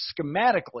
schematically